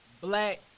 black